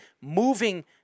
moving